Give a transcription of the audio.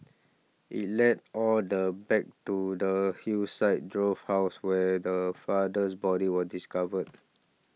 it led all the back to the Hillside Drove house where the father's body were discovered